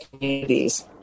communities